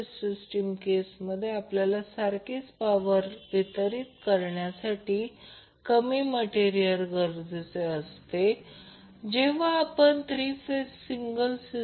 मग सिंगल फेजमध्ये जर समान पॉवर लॉससाठी कंडक्टरचे व्हॉल्यूम थ्री फेजपेक्षा 33